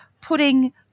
putting